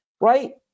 right